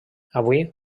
avui